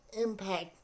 impact